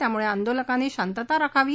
त्यामुळे आंदोलकांनी शांतता राखावी